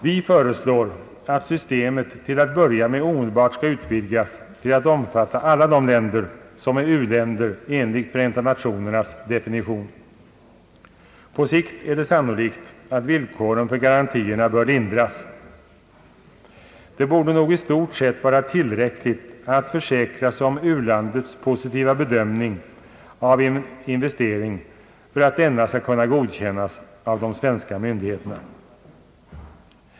Vi föreslår att systemet till att börja med omedelbart skall utvidgas till att omfatta alla de länder som är u-länder enligt Förenta Nationernas definition. På sikt är det sannolikt att villkoren för garantierna bör lindras. Det borde nog i stort sett vara tillräckligt att försäkra sig om u-landets positiva bedömning av investeringen för att denna skall kunna godkännas av de svenska myndigheterna.